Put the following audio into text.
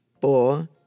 four